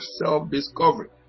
self-discovery